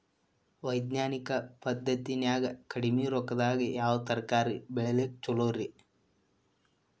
ವೈಜ್ಞಾನಿಕ ಪದ್ಧತಿನ್ಯಾಗ ಕಡಿಮಿ ರೊಕ್ಕದಾಗಾ ಯಾವ ತರಕಾರಿ ಬೆಳಿಲಿಕ್ಕ ಛಲೋರಿ?